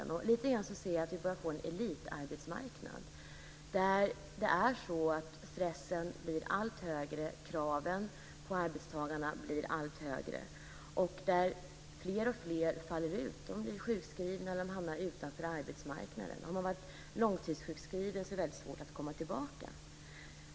Jag ser det lite grann som att vi börjar få en elitarbetsmarknad där stressen och kraven på arbetstagarna blir allt högre och där fler och fler faller ur. De blir sjukskrivna och hamnar utanför arbetsmarknaden. Har man varit långtidssjukskriven är det väldigt svårt att komma tillbaka.